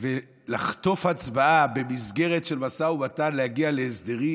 בסיטואציה ולחטוף הצבעה במסגרת של משא ומתן להגיע להסדרים,